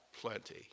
plenty